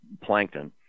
plankton